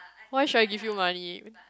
why should I give you money